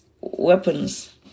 weapons